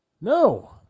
No